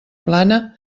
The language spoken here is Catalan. plana